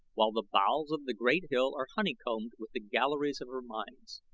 while the bowels of the great hill are honeycombed with the galleries of her mines.